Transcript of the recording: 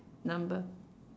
number